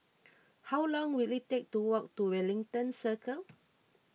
how long will it take to walk to Wellington Circle